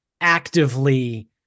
actively